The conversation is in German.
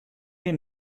hier